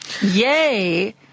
Yay